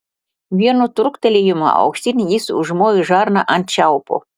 vienu trūktelėjimu aukštyn jis užmovė žarną ant čiaupo